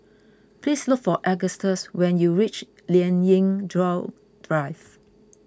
please look for Augustus when you reach Lien Ying Chow Drive